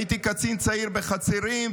הייתי קצין צעיר בחצרים,